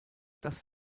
das